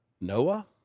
Noah